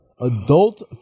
adult